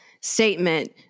statement